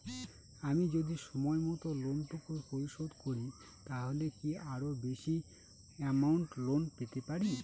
আমি যদি সময় মত লোন টুকু পরিশোধ করি তাহলে কি আরো বেশি আমৌন্ট লোন পেতে পাড়ি?